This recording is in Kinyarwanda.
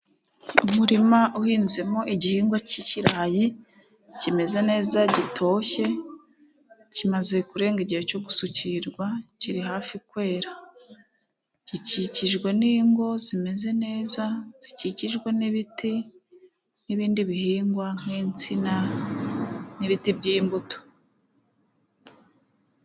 Umurima uhinzemo igihingwa cy'ikirayi, kimeze neza gitoshye, kimaze kurenga igihe cyo gusukirwa. Kiri hafi kwera gikikijwe n'ingo zimeze neza, zikikijwe n'ibiti n'ibindi bihingwa nk'insina n'ibiti by'imbuto.